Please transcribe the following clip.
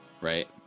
right